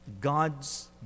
God's